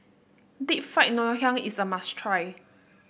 Deep Fried Ngoh Hiang is a must try